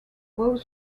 both